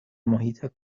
محیط